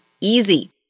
easy